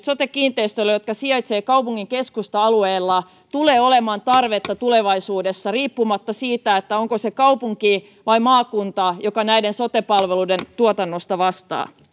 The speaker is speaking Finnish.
sote kiinteistöille jotka sijaitsevat kaupungin keskusta alueella tulee olemaan tarvetta tulevaisuudessa riippumatta siitä onko se kaupunki vai maakunta joka näiden sote palveluiden tuotannosta vastaa